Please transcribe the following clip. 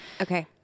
Okay